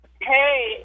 Hey